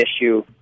issue